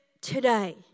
today